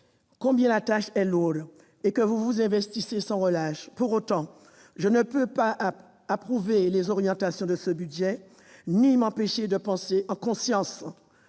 madame la ministre, et que vous vous investissez sans relâche. Pour autant, je ne peux pas approuver les orientations de ce budget ni m'empêcher de penser, en conscience,